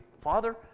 Father